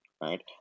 right